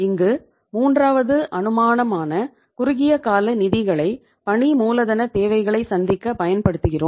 இங்கு மூன்றாவது அனுமானமான குறுகியகால நிதிகளை பணி மூலதன தேவைகளை சந்திக்க பயன்படுத்துகிறோம்